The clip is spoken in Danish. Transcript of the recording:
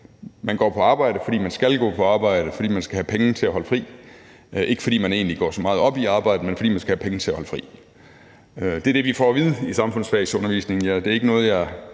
man går på arbejde, fordi man skal gå på arbejde, og fordi man skal have penge til at holde fri. Det er ikke, fordi man egentlig går så meget op i at arbejde, men fordi man skal have penge til at holde fri. Det er det, vi får at vide i samfundsfagsundervisningen.